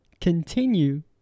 continue